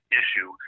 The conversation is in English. issue